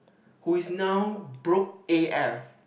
who is now broke A_F